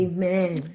Amen